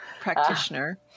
practitioner